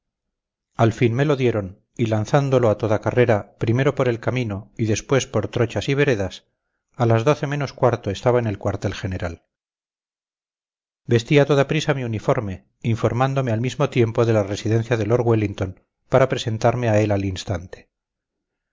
al fin me lo dieron y lanzándolo a toda carrera primero por el camino y después por trochas y veredas a las doce menos cuarto estaba en el cuartel general vestí a toda prisa mi uniforme informándome al mismo tiempo de la residencia de lord wellington para presentarme a él al instante